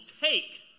take